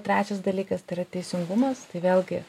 trečias dalykas tai yra teisingumas tai vėlgi